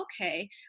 okay